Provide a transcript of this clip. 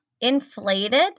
inflated